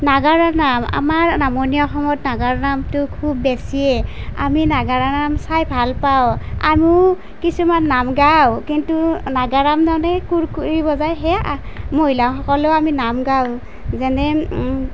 নাগাৰা নাম আমাৰ নামনি অসমত নাগাৰা নামটো খুব বেছিয়ে আমি নাগাৰা নাম চাই ভাল পাওঁ আমিও কিছুমান নাম গাওঁ কিন্তু নাগাৰা নাম ল'লে কুৰকুৰী বজাই সেয়া মহিলাসকলো আমি নাম গাওঁ যেনে